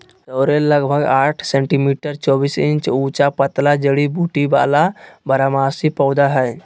sorrel लगभग साठ centimetre चौबीस इंच ऊंचा पतला जड़ी बूटी वाला बारहमासी पौधा हइ